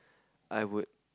I would